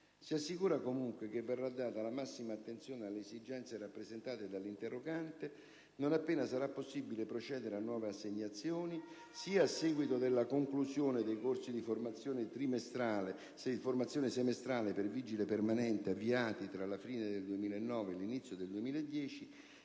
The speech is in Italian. Si assicura, comunque, che verrà data la massima attenzione alle esigenze rappresentate dall'interrogante non appena sarà possibile procedere a nuove assegnazioni, sia a seguito della conclusione dei corsi di formazione semestrale per vigile permanente, avviati tra la fine del 2009 e l'inizio del 2010